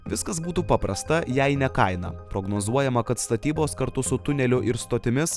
viskas būtų paprasta jei ne kaina prognozuojama kad statybos kartu su tuneliu ir stotimis